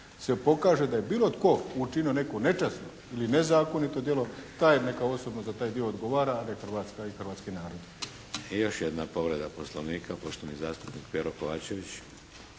se pokaže da je bilo tko učinio neko nečasno ili nezakonito djelo taj neka osobno za taj dio odgovara a ne Hrvatska i hrvatski narod. **Šeks, Vladimir (HDZ)** I još jedna povreda Poslovnika, poštovani zastupnik Pero Kovačević.